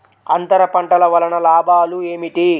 అంతర పంటల వలన లాభాలు ఏమిటి?